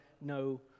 no